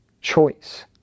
choice